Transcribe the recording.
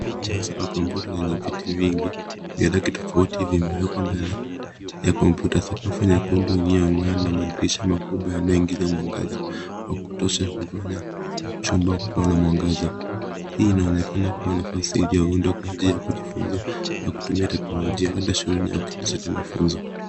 Darasa la kompyuta lenye viti vingi vya rangi tofauti vimewekwa mbele ya kompyuta. Sakafu nyekundu iliyong'aa na madirisha makubwa yanaingiza mwanga wa kutosha kufanya chumba kuwa na mwangaza. Hii inaonekana kuwa nafasi iliyoundwa kwa ajili ya kujifunza na kutumia teknolojia, labda shuleni au kituo cha mafunzo.